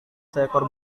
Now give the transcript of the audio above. seekor